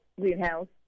greenhouse